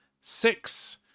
six